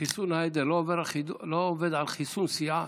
חיסון העדר לא עובד על חיסון סיעה,